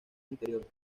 interior